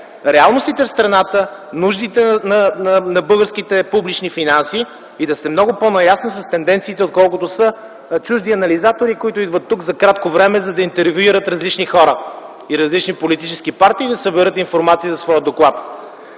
реалностите в страната, нуждите на българските публични финанси и да сте много по-наясно с тенденциите, отколкото са чужди анализатори, които идват тук за кратко време, за да интервюират различни хора, различни политически партии и да съберат информация за своя доклад.